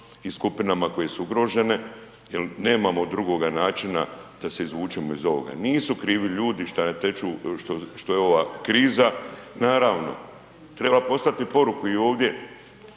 i skupinama koje su ugrožene jel nemamo drugoga načina da se izvučemo iz ovoga. Nisu krivi ljudi što je ova kriza. Naravno, treba poslati poruku i ovdje